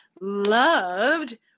loved